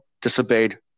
disobeyed